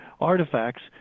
artifacts